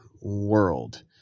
world